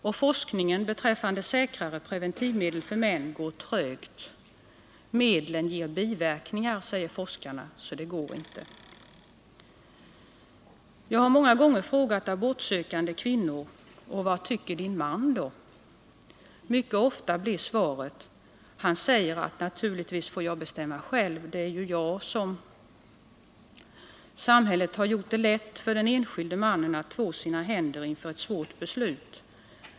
Och forskningen beträffande säkrare preventivmedel för män går trögt — medlen ger biverkningar, säger forskarna, så det går inte. Jag har många gånger frågat abortsökande kvinnor: Och vad tycker din man då? Mycket ofta blir svaret: Han säger att naturligtvis får jag bestämma själv — det är ju jag som... Samhället har gjort det lätt för den enskilde mannen att två sina händer inför ett svårt beslut.